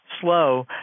slow